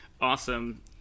awesome